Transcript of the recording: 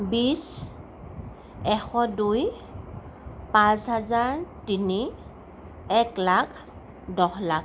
বিশ এশ দুই পাঁচ হাজাৰ তিনি এক লাখ দহ লাখ